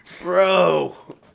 Bro